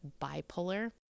bipolar